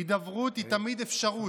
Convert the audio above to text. הידברות היא תמיד אפשרות,